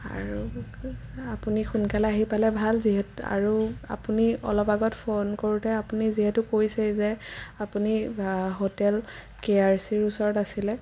আৰু আপুনি সোনকালে আহি পালে ভাল যিহেতু আৰু আপুনি অলপ আগত ফোন কৰোঁতে আপুনি যিহেতু কৈছেই যে আপুনি হোটেল কে আৰ চি ৰ ওচৰত আছিলে